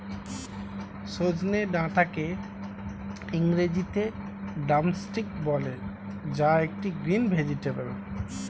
সজনে ডাটাকে ইংরেজিতে ড্রামস্টিক বলে যা একটি গ্রিন ভেজেটাবেল